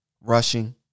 rushing